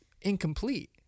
incomplete